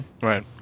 Right